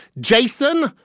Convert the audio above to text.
Jason